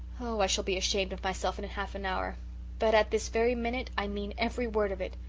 oh i shall be ashamed of myself in and half an hour but at this very minute i mean every word of it.